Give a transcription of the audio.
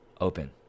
open